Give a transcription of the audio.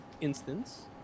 instance